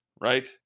right